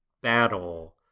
battle